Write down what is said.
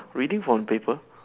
reading from paper